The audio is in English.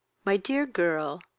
my dear girl,